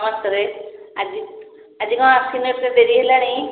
ନାମସ୍କାର ଆଜି ଆଜି କଣ ଆସିନୁ ଏତେ ଡେରି ହେଲାଣି